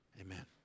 Amen